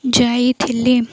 ଯାଇଥିଲି